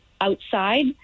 outside